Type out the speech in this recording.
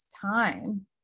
time